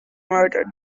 murdered